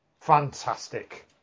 fantastic